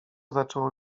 zaczęło